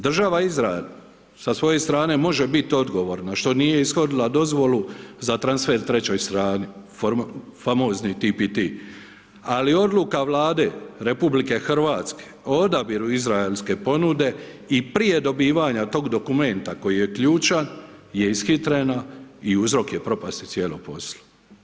Država Izrael sa svoje strane može biti odgovorna što nije ishodila dozvolu za transfer trećoj strani, famozni TPT, ali odluka Vlade RH o odabiru izraelske ponude i prije dobivanja tog dokumenta koji je ključan, je ishitrena i uzrok je propasti cijelog posla.